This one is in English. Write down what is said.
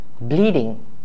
bleeding